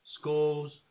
schools